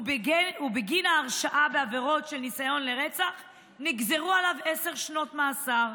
ובגין ההרשעה בעבירות של ניסיון לרצח נגזרו עליו עשר שנות מאסר.